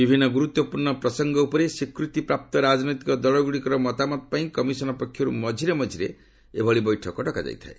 ବିଭିନ୍ନ ଗୁରୁତ୍ୱପୂର୍ଣ୍ଣ ପ୍ରସଙ୍ଗ ଉପରେ ସ୍ୱୀକୃତି ପ୍ରାପ୍ତ ରାଜନୈତିକ ଦଳଗୁଡ଼ିକର ମତାମତ ପାଇଁ କମିଶନ୍ ପକ୍ଷରୁ ମଝିରେ ମଝିରେ ଏଭଳି ବୈଠକ ଡକାଯାଇଥାଏ